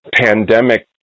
pandemic